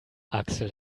axel